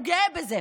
הוא גאה בזה.